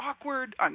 awkward